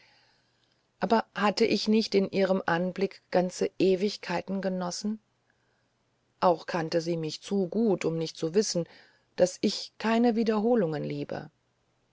aber hatte ich nicht in ihrem anblick ganze ewigkeiten genossen auch kannte sie mich zu gut um nicht zu wissen daß ich keine wiederholungen liebe